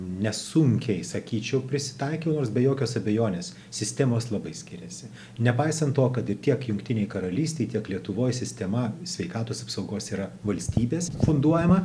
nesunkiai sakyčiau prisitaikiau nors be jokios abejonės sistemos labai skiriasi nepaisant to kad tiek jungtinei karalystei tiek lietuvoj sistema sveikatos apsaugos yra valstybės funduojama